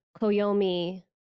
Koyomi